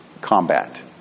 combat